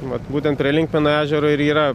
mat būtent prie linkmeno ežero ir yra